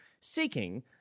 Seeking